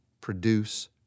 produce